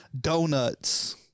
donuts